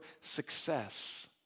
success